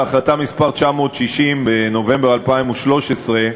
בהחלטה מס' 960 מנובמבר 2013,